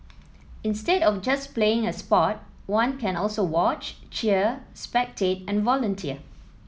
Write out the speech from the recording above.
instead of just playing a sport one can also watch cheer spectate and volunteer